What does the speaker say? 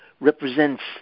represents